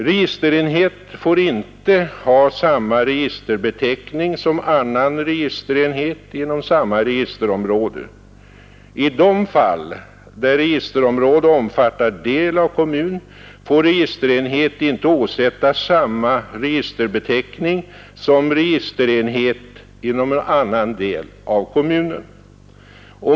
Registerenhet får inte ha samma registerbeteckning som annan registerenhet inom samma registerområde. I de fall där registerområde omfattar del av kommun får registerenhet inte åsättas samma registerbeteckning som registerenhet inom annan del av kommunen.